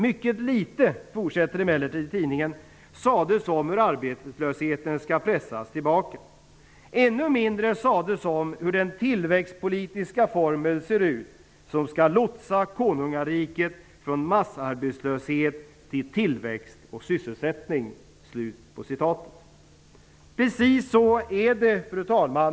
"Mycket litet", fortsätter emellertid tidningen, "sades om hur arbetslösheten ska pressas tillbaka. Ännu mindre sades om hur den tillväxtpolitiska formel ser ut som ska lotsa konungariket från massarbetslöshet till tillväxt och sysselsättning." Precis så är det, fru talman.